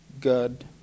God